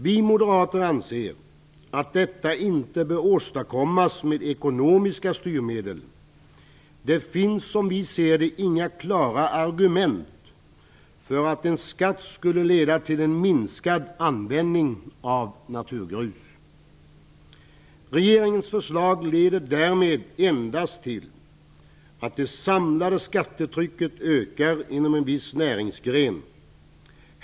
Vi moderater anser att detta inte bör åstadkommas med ekonomiska styrmedel. Det finns, som vi ser det, inga klara argument för att en skatt skulle leda till en minskad användning av naturgrus. Regeringens förslag leder därmed endast till att det samlade skattetrycket ökar inom en viss näringsgren.